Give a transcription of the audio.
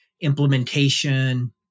implementation